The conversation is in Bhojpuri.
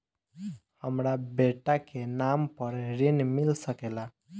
हमरा बेटा के नाम पर ऋण मिल सकेला?